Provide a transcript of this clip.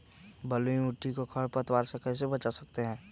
बलुई मिट्टी को खर पतवार से कैसे बच्चा सकते हैँ?